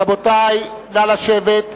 רבותי, נא לשבת.